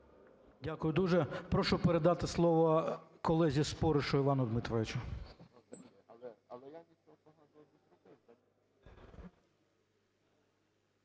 Дякую дуже. Прошу передати слово колезі Споришу Івану Дмитровичу.